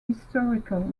historical